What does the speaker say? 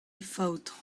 faotr